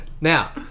Now